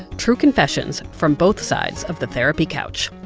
true confessions from both sides of the therapy couch.